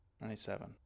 Ninety-seven